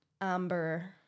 amber